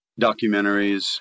documentaries